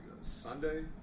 Sunday